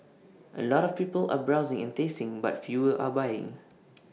A lot of people are browsing and tasting but fewer are buying